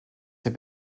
have